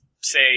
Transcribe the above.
say